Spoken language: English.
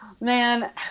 Man